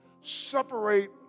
separate